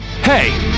hey